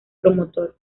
promotor